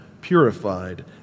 purified